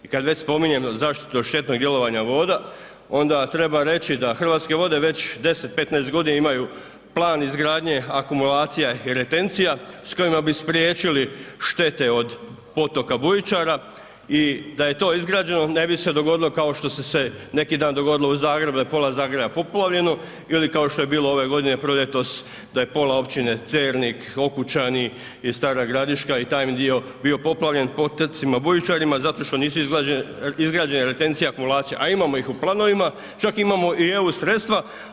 I kada već spominjem zaštitu od štetnog djelovanja voda onda treba reći da Hrvatske vode već 10, 15 godina imaju plan izgradnje akumulacija i retencija s kojima bi spriječili štete od potoka bujičara i da je to izgrađeno ne bi se dogodilo kao što su se neki dan dogodilo u Zagrebu da je pola Zagreba poplavljeno ili kao što je bilo ove godine proljetos da je pola Općine Cernik, Okučani i Stara Gradiška i taj bi dio bio poplavljen potocima bujičarima zato što nisu izgrađene retencije akumulacija, a imamo ih u planovima, čak imamo i eu sredstva.